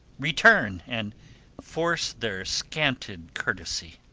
return, and force their scanted courtesy.